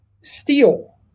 steel